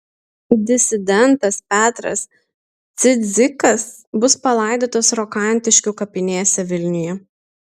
disidentas petras cidzikas bus palaidotas rokantiškių kapinėse vilniuje